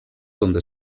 donde